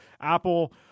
Apple